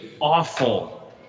awful